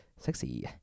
Sexy